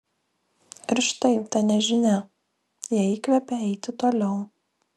ir štai ta nežinia ją įkvepia eiti toliau